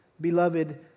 beloved